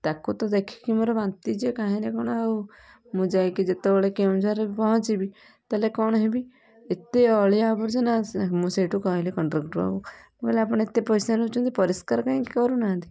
ତାକୁ ତ ଦେଖିକି ମୋର ବାନ୍ତି ଯେ କାହିଁରେ କ'ଣ ଆଉ ମୁଁ ଯାଇକି ଯେତୋଳେ କେଉଁଝରରେ ପହଞ୍ଚିବି ତାଲେ କ'ଣ ହେବି ଏତେ ଅଳିଆ ଆବର୍ଜନା ସେ ମୁଁ ସେଇଠୁ କହିଲି କଣ୍ଡକ୍ଟରଙ୍କୁ ମୁଁ କହିଲି ଆପଣ ଏତେ ପଇସା ନଉଛନ୍ତି ପରିସ୍କାର କାହିଁକି କରୁନାହାଁନ୍ତି